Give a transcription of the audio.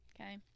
okay